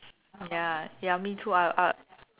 ya ya me too I'll I'll